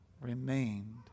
remained